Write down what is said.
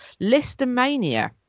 listomania